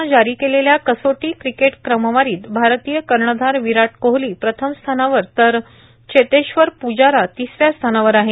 नं जारी केलेल्या कसोटी क्रिकेट क्रमवारीतं भारतीय कर्णधार विराट कोहली प्रथम स्थानावर तर चेतेश्वर प्जारा तिसऱ्या स्थानावर आहे